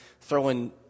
throwing